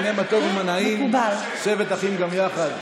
הינה מה טוב ומה נעים שבת אחים גם יחד.